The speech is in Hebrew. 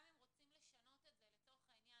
גם אם רוצים לשנות את הזה לצורך העניין